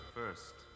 first